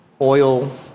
oil